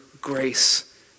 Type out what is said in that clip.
grace